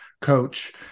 coach